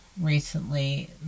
recently